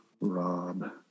Rob